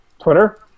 Twitter